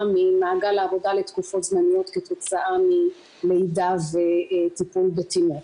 ממעגל העבודה לתקופות זמניות כתוצאה מלידה וטיפול בתינוק.